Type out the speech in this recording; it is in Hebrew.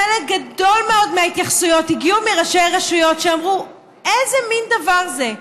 חלק גדול מאוד מההתייחסויות הגיעו מראשי רשויות שאמרו: איזה מין דבר זה?